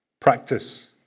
Practice